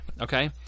okay